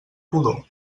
pudor